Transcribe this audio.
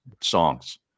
songs